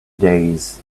days